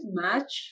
match